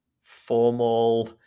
formal